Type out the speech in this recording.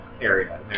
area